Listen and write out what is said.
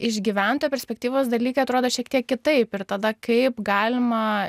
iš gyventojo perspektyvos dalykai atrodo šiek tiek kitaip ir tada kaip galima